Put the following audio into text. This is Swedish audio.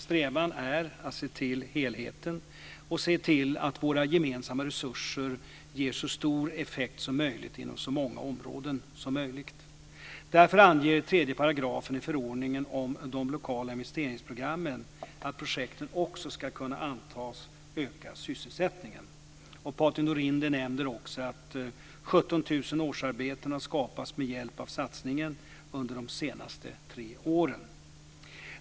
Strävan är att se till helheten och se till att våra gemensamma resurser ger så stor effekt som möjligt inom så många områden som möjligt. Därför anger tredje paragrafen i förordningen om de lokala investeringsprogrammen att projekten också ska kunna antas öka sysselsättningen. Patrik Norinder nämner också att 17 000 årsarbeten har skapats med hjälp av satsningen under de senaste tre åren.